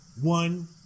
one